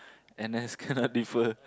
n_s cannot defer